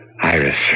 Iris